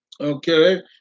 Okay